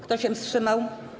Kto się wstrzymał?